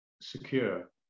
secure